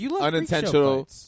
unintentional